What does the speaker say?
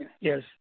yes